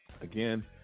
Again